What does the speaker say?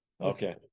Okay